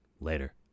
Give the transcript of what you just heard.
Later